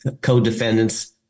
co-defendants